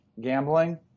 Gambling